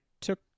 took